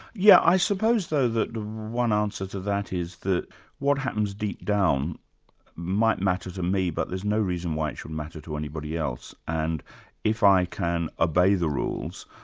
yeah i suppose though that one answer to that is that what happens deep down might matter to me but there's no reason why it should matter to anybody else, and if i can obey the rules,